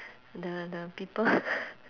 the the people